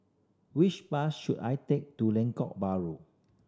which bus should I take to Lengkok Bahru